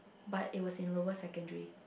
but it was in lower secondary